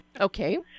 Okay